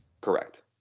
Correct